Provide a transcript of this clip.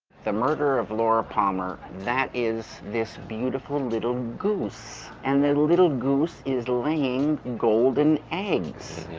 the murder of laura palmer, that is this beautiful little goose, and the little little goose is laying and golden eggs.